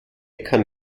kann